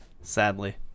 sadly